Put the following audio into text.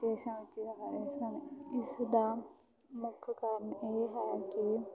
ਵਿਦੇਸ਼ਾਂ ਵਿੱਚ ਰਹਿ ਰਹੇ ਸਨ ਇਸਦਾ ਮੁੱਖ ਕਾਰਨ ਇਹ ਹੈ ਕਿ